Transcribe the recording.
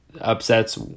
upsets